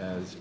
as